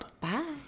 Bye